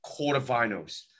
quarterfinals